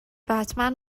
بتمن